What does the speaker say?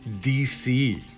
DC